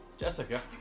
Jessica